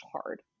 hard